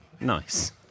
nice